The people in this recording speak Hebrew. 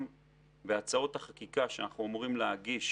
גם בהצעות החקיקה שאנחנו אמורים להגיש